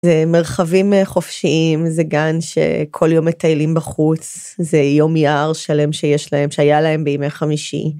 זה מרחבים חופשיים, זה גן שכל יום מטיילים בחוץ, זה יום יער שלם שיש להם, שהיה להם בימי חמישי.